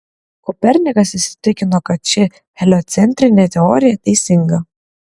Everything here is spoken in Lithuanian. kopernikas įsitikino kad ši heliocentrinė teorija teisinga